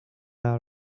out